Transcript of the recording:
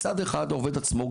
מצד אחד העובד עצמו,